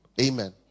Amen